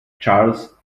charles